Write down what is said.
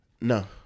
No